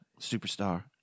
Superstar